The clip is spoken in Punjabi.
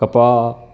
ਕਪਾਹ